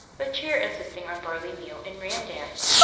the chair insisting on barley meal and randans,